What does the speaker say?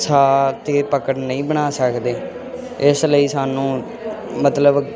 ਸਾਹ 'ਤੇ ਪਕੜ ਨਹੀਂ ਬਣਾ ਸਕਦੇ ਇਸ ਲਈ ਸਾਨੂੰ ਮਤਲਬ